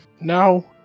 no